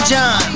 John